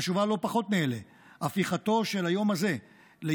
חשובה לא פחות מאלה הפיכתו של היום הזה ליום